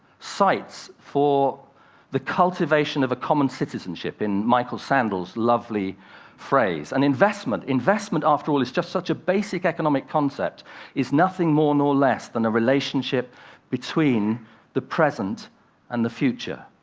sites for the cultivation of a common citizenship, in michael sandel's lovely phrase. an investment investment, after all, is just such a basic economic concept is nothing more nor less than a relationship between the present and the future,